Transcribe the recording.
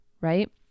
right